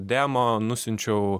demo nusiunčiau